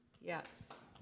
Yes